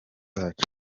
zacu